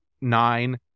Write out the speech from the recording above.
nine